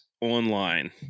online